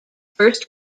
first